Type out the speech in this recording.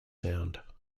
sound